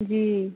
जी